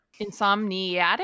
Insomniatic